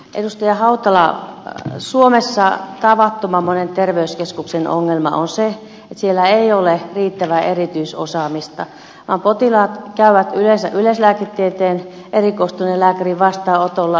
edustaja hautala suomessa tavattoman monen terveyskeskuksen ongelma on se että siellä ei ole riittävää erityisosaamista vaan potilaat käyvät yleensä yleislääketieteeseen erikoistuneen lääkärin vastaanotolla